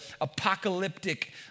apocalyptic